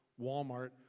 Walmart